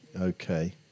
okay